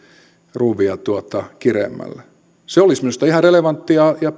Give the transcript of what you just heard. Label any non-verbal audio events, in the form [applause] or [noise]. ruuvia kireämmälle se olisi minusta ihan relevantti ja ja [unintelligible]